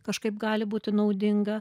kažkaip gali būti naudinga